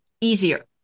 easier